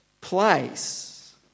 place